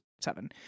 seven